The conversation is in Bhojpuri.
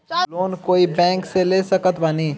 लोन कोई बैंक से ले सकत बानी?